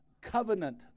covenant